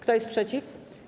Kto jest przeciw?